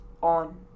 on